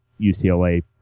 UCLA